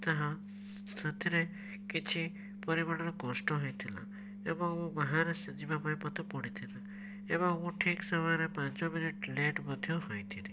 ତାହା ସେଥିରେ କିଛି ପରିମାଣର କଷ୍ଟ ହେଇଥିଲା ଏବଂ ବାହାରେ ସେ ଯିବା ପାଇଁ ମୋତେ ପଡ଼ିଥିଲା ଏବଂ ମୁଁ ଠିକ୍ ସମୟରେ ପାଞ୍ଚ ମିନିଟ୍ ଲେଟ ମଧ୍ୟ ହୋଇଥିଲି